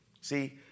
See